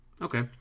Okay